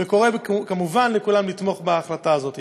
וקורא, כמובן, לכולם לתמוך בהחלטה הזאת.